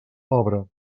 obra